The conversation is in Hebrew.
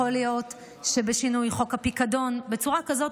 יכול להיות שבשינוי חוק הפיקדון בצורה כזאת